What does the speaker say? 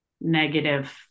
negative